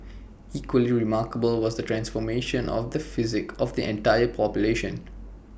equally remarkable was the transformation of the psyche of an entire population